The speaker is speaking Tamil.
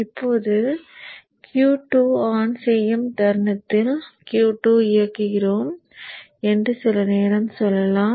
இப்போது Q2 ஐ ஆன் செய்யும் தருணத்தில் Q2 இயக்குகிறோம் என்று சில நேரம் சொல்லலாம்